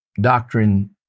doctrine